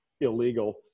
illegal